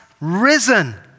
risen